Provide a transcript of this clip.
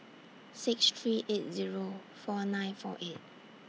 six three eight Zero four nine four eight